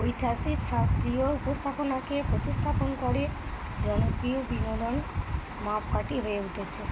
ঐতিহাসিক শাস্ত্রীয় উপস্থাপনাকে প্রতিস্থাপন করে জনপ্রিয় বিনোদন মাপকাঠি হয়ে উঠেছে